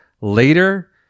later